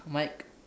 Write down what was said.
Mike